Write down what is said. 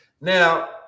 Now